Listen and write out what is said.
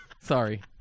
Sorry